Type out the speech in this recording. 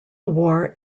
war